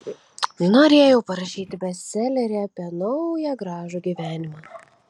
norėjau parašyti bestselerį apie naują gražų gyvenimą